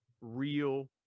real